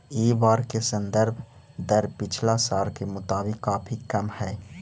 इ बार के संदर्भ दर पिछला साल के मुताबिक काफी कम हई